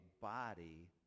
body